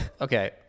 Okay